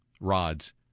rods